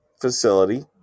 facility